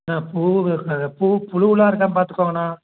அண்ணா பூவு பூ புழுவு எல்லாம் இருக்கான் பார்த்துக்கோங்கண்ணா